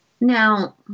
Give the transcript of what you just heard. Now